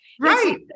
Right